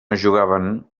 jugaven